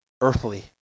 earthly